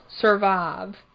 survive